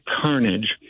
carnage